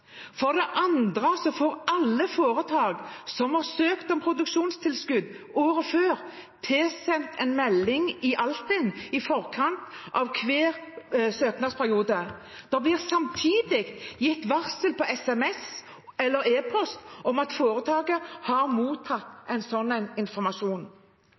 For det andre får alle foretak som har søkt om produksjonstilskudd året før, tilsendt en melding i Altinn i forkant av hver søknadsperiode. Det blir samtidig gitt varsel på sms eller e-post om at foretaket har mottatt slik informasjon.